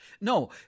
No